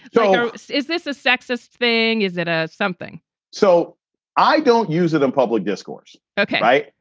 so is this a sexist thing? is it ah something so i don't use it in public discourse. ok.